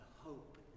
hope